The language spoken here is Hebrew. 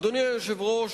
אדוני היושב-ראש,